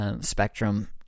spectrum